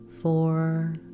Four